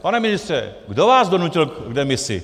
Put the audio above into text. Pane ministře, kdo vás donutil k demisi?